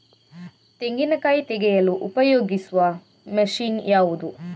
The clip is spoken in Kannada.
ತೆಂಗಿನಕಾಯಿ ತೆಗೆಯಲು ಉಪಯೋಗಿಸುವ ಮಷೀನ್ ಯಾವುದು?